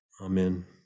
Amen